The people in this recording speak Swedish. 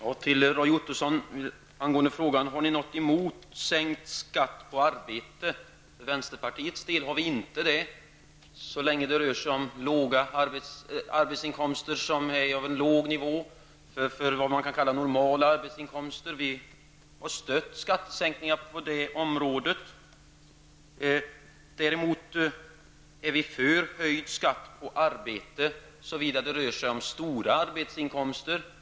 Herr talman! På Roy Ottossons fråga om vi har något emot sänkt skatt på arbete kan jag svara: För vänsterpartiets del har vi det inte så länge det rör sig om låga och normala arbetsinkomster. Vi har stött skattesänkningar på det området. Vi är däremot för höjd skatt på arbete när det rör sig om stora arbetsinkomster.